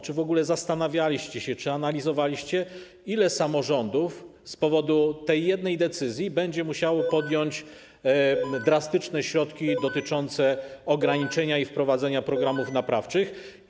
Czy w ogóle zastanawialiście się, czy analizowaliście, ile samorządów z powodu tej jednej decyzji będzie musiało podjąć drastyczne środki dotyczące ograniczeń i wprowadzenia programów naprawczych?